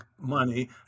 money